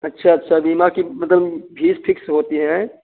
अच्छा अच्छा बीमा की मतलब फ़ीस फ़िक्स होती हैं अएं